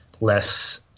less